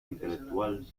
intelectual